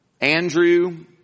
Andrew